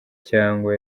cyangwa